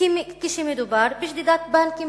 כשמדובר בשדידת בנקים,